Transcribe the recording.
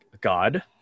god